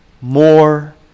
more